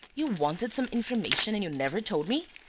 you wanted some information, and you never told me!